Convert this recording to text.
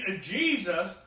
Jesus